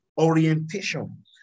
orientation